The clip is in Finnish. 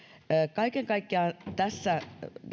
kaiken kaikkiaan tässä